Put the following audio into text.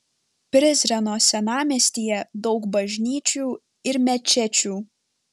prizreno senamiestyje daug bažnyčių ir mečečių